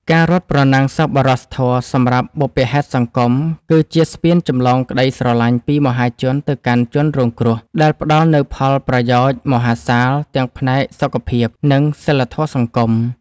ការរត់ប្រណាំងសប្បុរសធម៌សម្រាប់បុព្វហេតុសង្គម គឺជាស្ពានចម្លងក្ដីស្រឡាញ់ពីមហាជនទៅកាន់ជនរងគ្រោះ ដែលផ្ដល់នូវផលប្រយោជន៍មហាសាលទាំងផ្នែកសុខភាព និងសីលធម៌សង្គម។